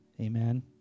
Amen